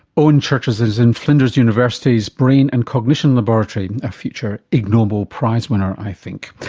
owen churches is in flinders university's brain and cognition laboratory. a future ig noble prize-winner i think.